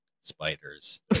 Spiders